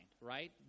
right